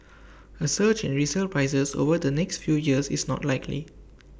A surge in resale prices over the next few years is not likely